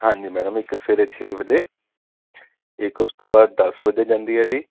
ਹਾਂਜੀ ਮੈਡਮ ਇੱਕ ਸਵੇਰੇ ਛੇ ਵਜੇ ਇੱਕ ਉਸ ਤੋਂ ਬਾਅਦ ਦਸ ਵਜੇ ਜਾਂਦੀ ਹੈ ਜੀ